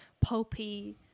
pulpy